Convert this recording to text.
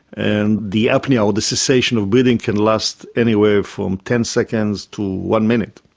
and the apnoea or the cessation of breathing can last anywhere from ten seconds to one minute.